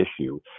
issue